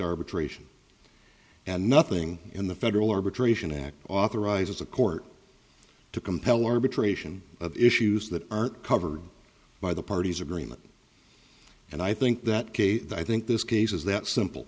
arbitration and nothing in the federal arbitration act authorizes a court to compel arbitration issues that aren't covered by the parties agreement and i think that case i think this case is that simple